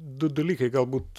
du dalykai galbūt